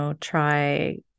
try